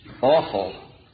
awful